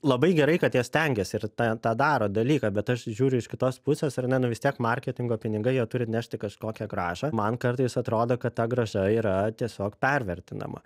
labai gerai kad jie stengiasi ir tą tą daro dalyką bet aš žiūriu iš kitos pusės ar ne nu vis tiek marketingo pinigai jie turi nešti kažkokią grąžą man kartais atrodo kad ta grąža yra tiesiog pervertinama